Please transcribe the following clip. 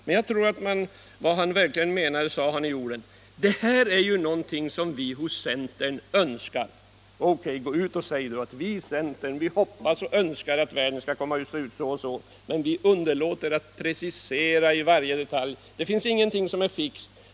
Men jag tror att han uttryckte vad han debatt Allmänpolitisk debatt verkligen menade när han sade: ”Det här är någonting som vi hos centern önskar.” Okay, gå ut och säg: ”Vi i centern hoppas och önskar att världen skall se ut så och så, men vi underlåter att precisera i varje detalj. Det finns ingenting som är fixt.